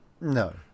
No